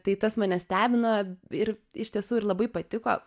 tai tas mane stebino ir iš tiesų ir labai patiko